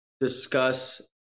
discuss